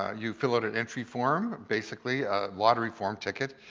ah you fill out an entry form, basically a lottery form ticket,